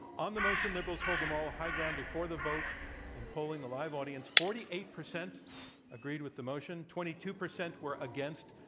on the motion liberals hold the moral high ground, before the vote in polling the live audience forty eight percent agreed with the motion, twenty two percent were against,